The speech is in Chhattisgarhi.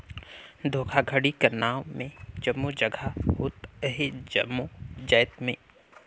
धोखाघड़ी कर नांव में जम्मो जगहा होत अहे जम्मो जाएत में